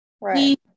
right